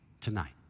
tonight